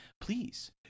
please